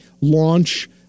launch